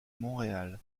montréal